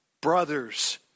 brothers